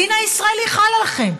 הדין הישראלי חל עליכם.